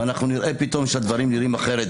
ואנחנו נראה פתאום שהדברים נראים אחרת.